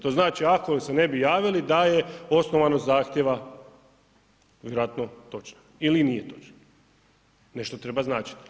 To znači da ako se ne bi javili, da je osnovanost zahtjeva vjerojatno točna ili nije točna, nešto treba značiti.